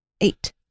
Eight